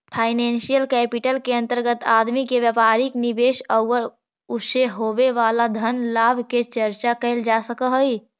financial capital के अंतर्गत आदमी के व्यापारिक निवेश औउर उसे होवे वाला धन लाभ के चर्चा कैल जा सकऽ हई